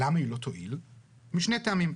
משני טעמים.